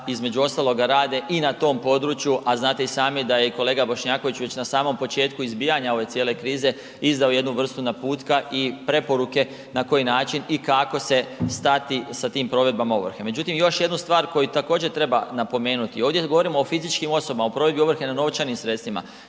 između ostaloga rade i na tom području, a znate i sami da je i kolega Bošnjaković već na samo početku izbijanja ove cijele krize izdao jednu vrstu naputka i preporuke na koji način i kako se stati sa tim provedbama ovrhe. Međutim, još jednu stvar koju također treba napomenuti Međutim, još jednu stvar koju također treba napomenuti.